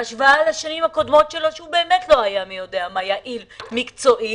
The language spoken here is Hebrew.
בהשוואה לשנים קודמות שהוא באמת לא היה מאוד יעיל ומקצועי